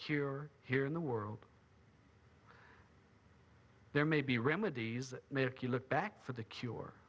cure here in the world there may be remedies made you look back for the cure